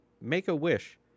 make-a-wish